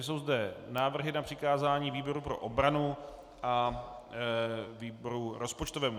Jsou zde návrhy na přikázání výboru pro obranu a výboru rozpočtovému.